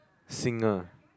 singer